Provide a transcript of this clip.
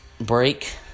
break